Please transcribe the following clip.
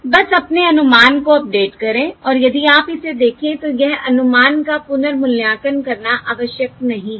बस अपने अनुमान को अपडेट करें और यदि आप इसे देखें तो यह अनुमान का पुनर्मूल्यांकन करना आवश्यक नहीं है